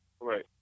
Right